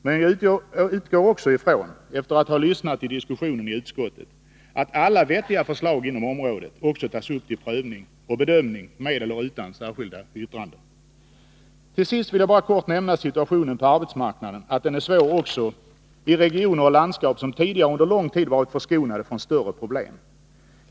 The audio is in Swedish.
Men jag utgår ifrån, efter att ha lyssnat till diskussionen i utskottet, att alla vettiga förslag inom området också tas upp till prövning och bedömning, med eller utan särskilda yttranden. Till sist vill jag bara kort nämna att situationen på arbetsmarknaden är svår också i regioner och landskap som tidigare under lång tid har varit förskonade från större problem.